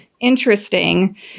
interesting